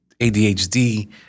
ADHD